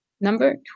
Number